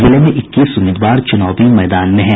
जिले में इक्कीस उम्मीदवार चुनावी मैदान में हैं